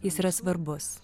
jis yra svarbus